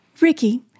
Ricky